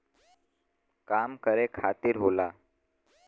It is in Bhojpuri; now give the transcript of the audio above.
काम करे खातिर होला